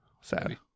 sad